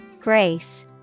Grace